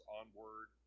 onward